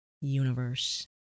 universe